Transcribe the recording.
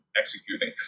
executing